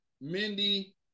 Mindy